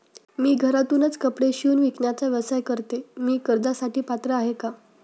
मी घरातूनच कपडे शिवून विकण्याचा व्यवसाय करते, मी कर्जासाठी पात्र आहे का?